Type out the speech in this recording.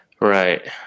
Right